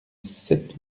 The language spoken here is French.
sept